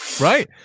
right